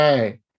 Right